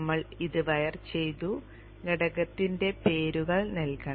നമ്മൾ ഇത് വയർ ചെയ്തു ഘടകത്തിന്റെ പേരുകൾ നൽകണം